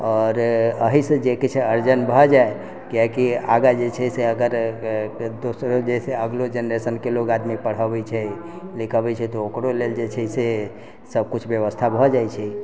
आओर अहिसँ जे किछु अर्जन भऽ जाइ किएककि जे छै से अगर दोसरो जे छै से अगले जेनरेशनके लोग आदमी पढ़ाबै छै लिखाबै छै तऽ ओकरो लेल जे छै से सभकिछु व्यवस्था भऽ जाइ छै